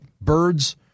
birds